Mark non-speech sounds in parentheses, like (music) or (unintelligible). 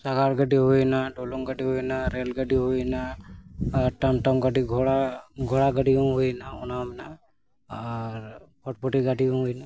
ᱥᱟᱜᱟᱲ ᱜᱟᱹᱰᱤ ᱦᱩᱭᱮᱱᱟ ᱰᱩᱞᱩᱝ ᱜᱟᱹᱰᱤ ᱦᱩᱭᱮᱱᱟ ᱨᱮᱹᱞ ᱜᱟᱹᱰᱤ ᱦᱩᱭᱮᱱᱟ ᱟᱨ ᱴᱟᱢ ᱴᱟᱢ ᱜᱟᱹᱰᱤ (unintelligible) ᱜᱷᱚᱲᱟ ᱜᱟᱹᱰᱤ ᱦᱚᱸ ᱦᱩᱭᱮᱱᱟ ᱚᱱᱟᱦᱚᱸ ᱢᱮᱱᱟᱜᱼᱟ ᱟᱨ ᱯᱷᱚᱴᱯᱚᱴᱤ ᱜᱟᱹᱰᱤ ᱦᱚᱸ ᱦᱩᱭᱮᱱᱟ